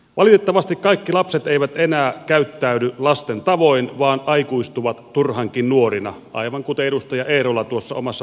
valitettavasti kaikki lapset eivät enää käyttäydy lasten tavoin vaan aikuistuvat turhankin nuorina aivan kuten edustaja eerola tuossa omassa puheenvuorossaan totesi